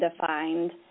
defined